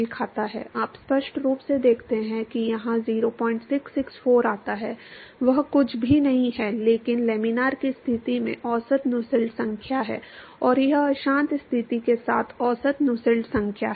आप स्पष्ट रूप से देखते हैं कि यहां 0664 आता है वह कुछ भी नहीं है लेकिन लैमिनार की स्थिति में औसत नुसेल्ट संख्या है और यह अशांत स्थिति के साथ औसत नुसेल्ट संख्या है